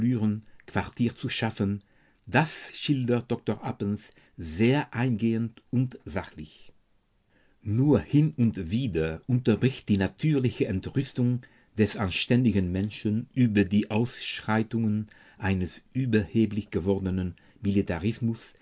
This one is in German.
quartier zu schaffen das schildert dr appens sehr eingehend und sachlich nur hin und wieder unterbricht die natürliche entrüstung des anständigen menschen über die ausschreitungen eines überheblich gewordenen militarismus